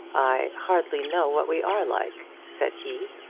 i hardly know what we are like, said he.